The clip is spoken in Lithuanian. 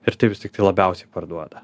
ir tai vis tiktai labiausiai parduoda